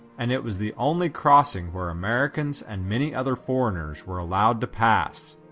and it was the only crossing where americans and many other foreigners were allowed to pass.